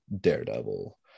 Daredevil